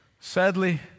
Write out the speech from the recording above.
Sadly